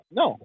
no